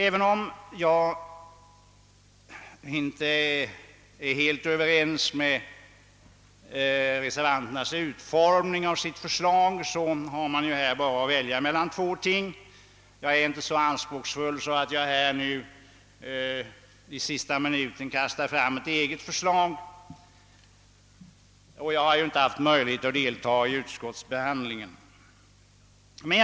även om jag inte är helt nöjd med reservanternas utformning av sitt förslag har jag bara att välja mellan dessa två saker. Jag är inte så anspråksfull att jag i sista minuten kastar fram ett eget förslag. Jag har ju inte haft möjlighet att delta i utskottsbehandlingen.